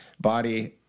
body